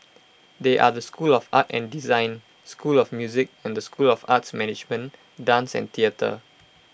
they are the school of art and design school of music and school of arts management dance and theatre